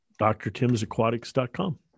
drtimsaquatics.com